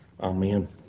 Amen